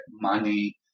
money